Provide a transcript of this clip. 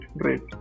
great